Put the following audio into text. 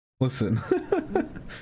Listen